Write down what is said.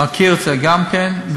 מכיר את זה גם כן.